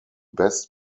best